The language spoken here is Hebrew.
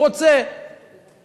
אני רוצה לומר